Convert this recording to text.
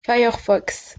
firefox